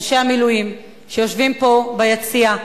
אנשי המילואים שיושבים פה ביצע,